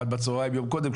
ב-13:00 בצהריים יום קודם,